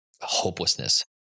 hopelessness